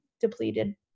depleted